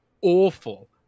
awful